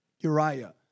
Uriah